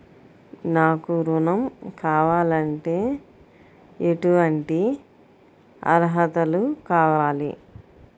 నాకు ఋణం కావాలంటే ఏటువంటి అర్హతలు కావాలి?